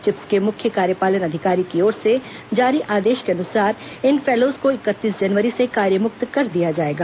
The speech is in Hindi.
चिप्स के मुख्य कार्यपालन अधिकारी की ओर से जारी आदेश के अनुसार इन फैलोज को इकतीस जनवरी से कार्यमुक्त कर दिया जाएगा